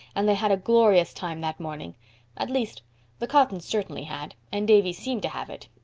and they had a glorious time that morning at least the cottons certainly had, and davy seemed to have it.